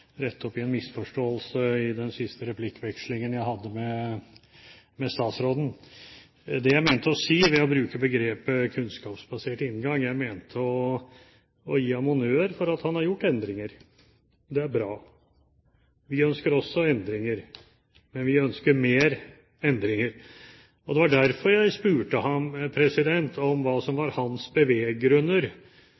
opp en misforståelse i replikkvekslingen jeg hadde med statsråden. Det jeg mente med å bruke begrepet «kunnskapsbasert inngang», var å gi ham honnør for at han har gjort endringer. Det er bra. Vi ønsker også endringer, men vi ønsker mer endringer. Det var derfor jeg spurte ham om hva som